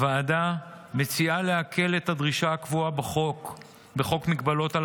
הוועדה מציעה להקל את הדרישה הקבועה בחוק מגבלות על